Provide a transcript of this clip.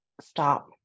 stop